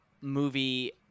movie